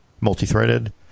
multi-threaded